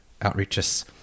outreaches